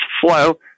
flow